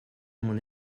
mon